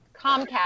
Comcast